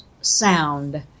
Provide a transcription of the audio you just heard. sound